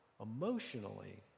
emotionally